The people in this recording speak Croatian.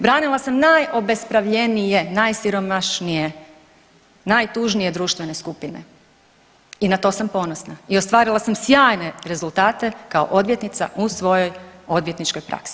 Branila sam najobespravljenije, najsiromašnije, najtužnije društvene skupine i na to sam ponosna i ostvarila sam sjajne rezultate kao odvjetnica u svojoj odvjetničkoj praksi.